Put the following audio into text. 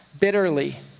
bitterly